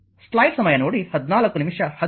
i3 1